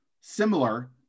similar